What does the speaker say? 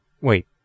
Wait